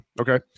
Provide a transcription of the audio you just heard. okay